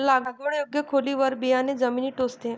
लागवड योग्य खोलीवर बियाणे जमिनीत टोचते